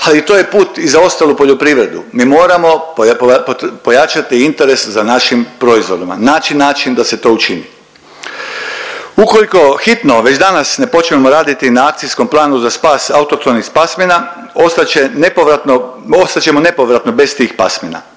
ali to je put i za ostalu poljoprivredu. Mi moramo pojačati interes za našim proizvodima, naći način da se to učini. Ukoliko hitno već danas ne počnemo raditi na akcijskom planu za spas autohtonih pasmina ostat ćemo nepovratno bez tih pasmina,